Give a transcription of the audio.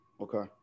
okay